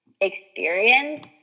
experience